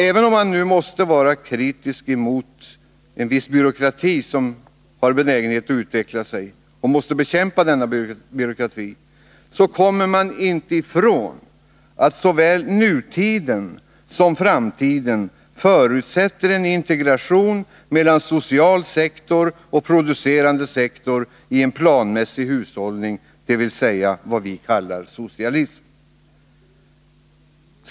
Även om man måste vara kritisk mot en viss byråkrati och bekämpa den, så kommer man inte ifrån att såväl nutiden som framtiden förutsätter en integration mellan social sektor och producerande sektori en planmässig hushållning, dvs. det vi kallar socialism.